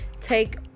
Take